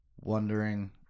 Wondering